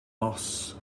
moss